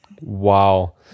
Wow